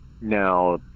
Now